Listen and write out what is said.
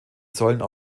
sollten